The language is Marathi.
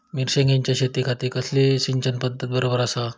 मिर्षागेंच्या शेतीखाती कसली सिंचन पध्दत बरोबर आसा?